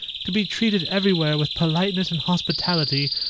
to be treated everywhere with politeness and hospitality,